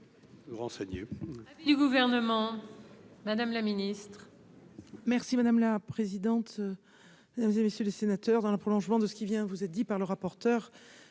Merci madame la présidente, madame et messieurs les sénateurs, dans le prolongement de ce qui vient vous êtes dit par le rapporteur.